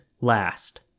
last